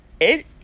It-